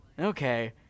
okay